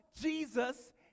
jesus